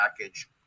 package